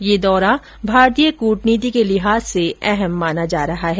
यह दौरा भारतीय कूटनीति के लिहाज से अहम माना जा रहा है